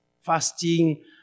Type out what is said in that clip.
fasting